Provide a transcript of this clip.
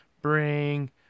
Bring